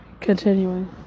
continuing